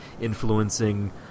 influencing